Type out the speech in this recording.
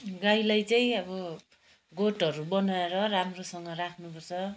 गाईलाई चाहिँ अब गोठहरू बनाएर राम्रोसँग राख्नुपर्छ